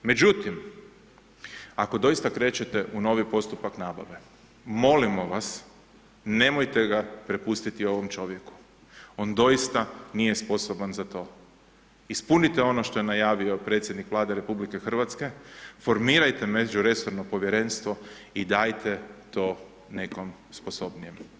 Međutim, ako doista krećete u novi postupak nabave, molimo vas nemojte ga prepustiti ovom čovjeku, on doista nije sposoban za to, ispunite ono što je najavio predsjednik Vlade RH, formirajte međuresorno povjerenstvo i dajte to nekom sposobnijem.